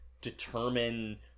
Determine